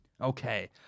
Okay